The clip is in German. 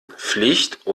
pflicht